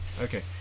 Okay